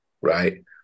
right